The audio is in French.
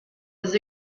les